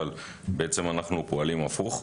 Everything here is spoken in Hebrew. אבל בעצם אנחנו פועלים הפוך.